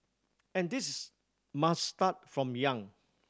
and this must start from young